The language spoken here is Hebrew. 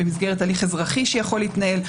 במסגרת הליך אזרחי שיכול להתנהל.